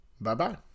Bye-bye